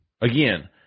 Again